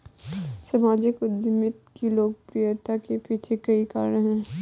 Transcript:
सामाजिक उद्यमिता की लोकप्रियता के पीछे कई कारण है